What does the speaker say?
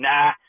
Nah